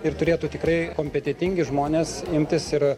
ir turėtų tikrai kompetentingi žmonės imtis ir